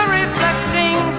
reflecting